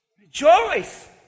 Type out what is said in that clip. rejoice